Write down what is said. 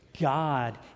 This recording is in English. God